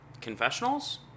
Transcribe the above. confessionals